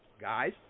guys